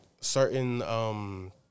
certain